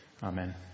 Amen